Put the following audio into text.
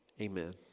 amen